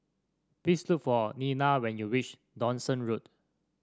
please look for Lela when you reach Dawson Road